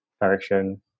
direction